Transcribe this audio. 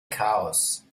chaos